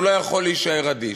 הוא לא יכול להישאר אדיש,